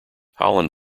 holland